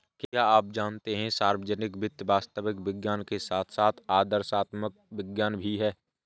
क्या आप जानते है सार्वजनिक वित्त वास्तविक विज्ञान के साथ साथ आदर्शात्मक विज्ञान भी है?